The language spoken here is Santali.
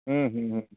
ᱦᱩᱸ ᱦᱩᱸ ᱦᱩᱸ